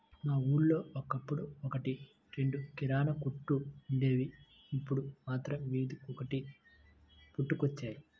మా ఊళ్ళో ఒకప్పుడు ఒక్కటి రెండు కిరాణా కొట్లే వుండేవి, ఇప్పుడు మాత్రం వీధికొకటి పుట్టుకొచ్చాయి